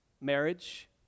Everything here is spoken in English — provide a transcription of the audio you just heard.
Marriage